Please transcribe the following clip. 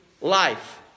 life